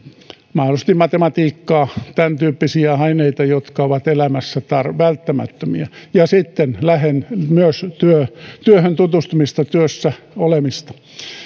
mahdollisesti matematiikkaa tämäntyyppisiä aineita jotka ovat elämässä välttämättömiä ja sitten myös työhön työhön tutustumista työssä olemista